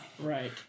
Right